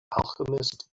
alchemist